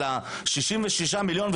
66 מיליון,